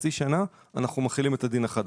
אנחנו מחילים את הדין החדש.